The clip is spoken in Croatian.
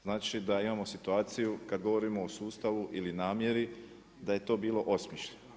Znači da imamo situaciju, kada govorimo o sustavu ili namjeri da je to bilo osmišljeno.